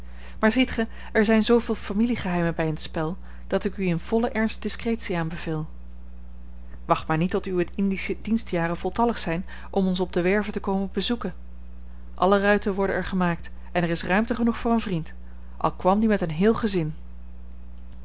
maar ziet ge er zijn zooveel familiegeheimen bij in t spel dat ik u in vollen ernst discretie aanbeveel wacht maar niet tot uwe indische dienstjaren voltallig zijn om ons op de werve te komen bezoeken alle ruiten worden er gemaakt en er is ruimte genoeg voor een vriend al kwam die met een heel gezin